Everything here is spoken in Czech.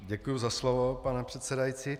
Děkuji za slovo, pane předsedající.